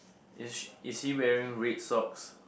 is she is he wearing red socks